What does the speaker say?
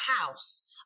house